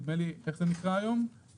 איתי, איך זה נקרא היום?